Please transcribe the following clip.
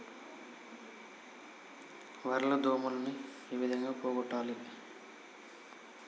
వరి లో దోమలని ఏ విధంగా పోగొట్టాలి?